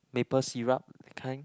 maple syrup that kind